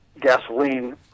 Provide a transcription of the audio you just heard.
gasoline